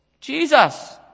Jesus